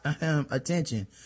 attention